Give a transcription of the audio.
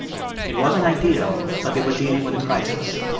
it wasn't ideal, but they were dealing with a crisis.